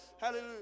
Hallelujah